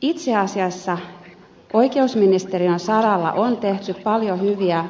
itse asiassa oikeusministeriön saralla on tehty paljon hyviä